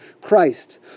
Christ